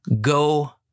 go